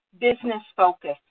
business-focused